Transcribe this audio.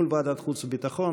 מול ועדת חוץ וביטחון.